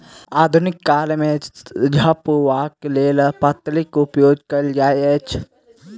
आधुनिक काल मे झपबाक लेल पन्नीक उपयोग कयल जाइत अछि